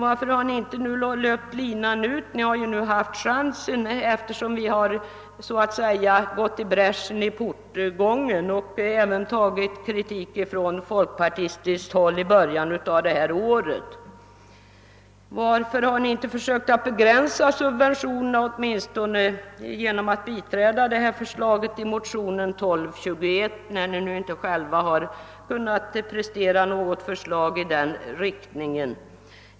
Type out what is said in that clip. Varför har ni inte löpt linan ut? Ni har ju haft chansen, eftersom vi har gått i bräschen och även tagit emot kritik från folkpartiet i början av detta år. Varför har ni inte försökt begränsa subventionerna åtminstone genom att biträda förslaget i motionen II:1221 när ni nu inte själva har kunnat prestera något förslag i den riktningen?